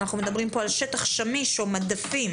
אנחנו מדברים כאן על שטח שמיש או מדפים.